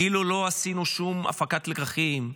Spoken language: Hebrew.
כאילו לא עשינו שום הפקת לקחים,